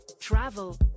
travel